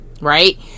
right